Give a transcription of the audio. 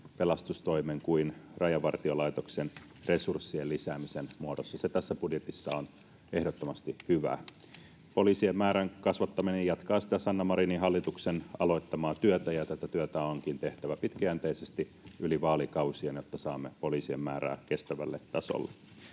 pelastustoimen kuin Rajavartiolaitoksen resurssien lisäämisen muodossa. Se tässä budjetissa on ehdottomasti hyvää. Poliisien määrän kasvattaminen jatkaa Sanna Marinin hallituksen aloittamaa työtä, ja tätä työtä onkin tehtävä pitkäjänteisesti yli vaalikausien, jotta saamme poliisien määrää kestävälle tasolle.